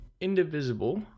Indivisible